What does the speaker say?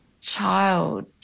child